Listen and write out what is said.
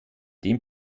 dem